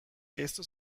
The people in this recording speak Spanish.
estos